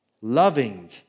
Loving